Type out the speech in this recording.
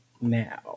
now